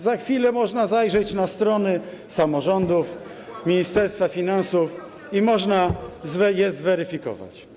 Za chwilę można zajrzeć na strony samorządów, Ministerstwa Finansów i można je zweryfikować.